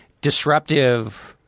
disruptive